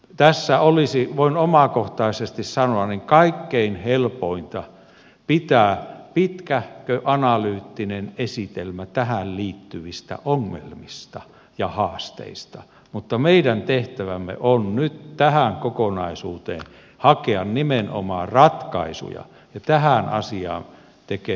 tässä olisi voin omakohtaisesti sanoa kaikkein helpointa pitää pitkähkö analyyttinen esitelmä tähän liittyvistä ongelmista ja haasteista mutta meidän tehtävämme on nyt tähän kokonaisuuteen hakea nimenomaan ratkaisuja ja tähän asiaan tekee mieli haastaa kaikki